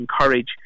encourage